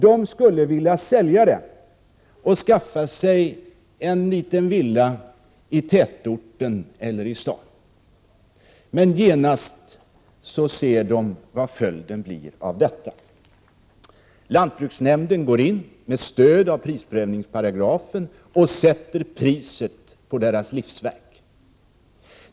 De skulle vilja sälja fastigheten och skaffa sig en liten villa i tätorten eller i 119 staden, men genast ser de vad följden blir av detta. Lantbruksnämnden går in, med stöd av prisprövningsparagrafen, och sätter priset på deras livsverk.